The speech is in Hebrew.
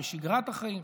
בשגרת החיים.